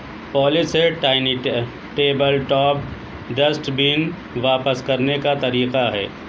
پالی set tiny table top dustbin واپس کرنے کا طریقہ ہے